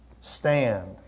stand